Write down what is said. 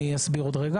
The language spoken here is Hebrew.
אני אסביר עוד רגע.